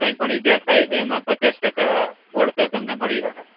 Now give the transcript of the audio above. કાઇ પણ ઇજા થાય તો એમાં પચાસ ટકા વળતા તમને મળી રહે